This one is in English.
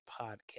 podcast